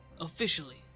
officially